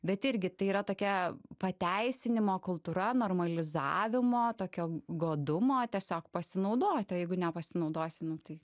bet irgi tai yra tokia pateisinimo kultūra normalizavimo tokio godumo tiesiog pasinaudot o jeigu nepasinaudosi nu tai